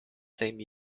same